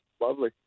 lovely